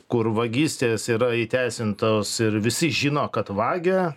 kur vagystės yra įteisintos ir visi žino kad vagia